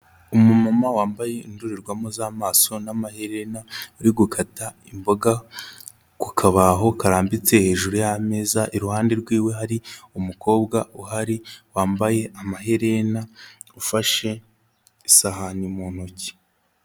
Umumama wambaye indorerwamo z'amaso n'amaherena uri gukata imboga ku kabaho karambitse hejuru y'ameza, iruhande rwiwe hari umukobwa uhari wambaye amaherena ufashe isahani mu ntoki.